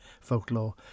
folklore